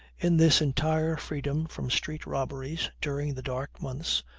in this entire freedom from street-robberies, during the dark months,